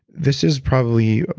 this is probably,